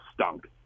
stunk